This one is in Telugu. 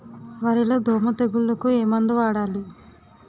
వరిలో దోమ తెగులుకు ఏమందు వాడాలి?